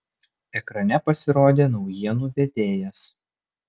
ekrane pasirodė naujienų vedėjas